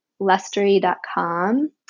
lustery.com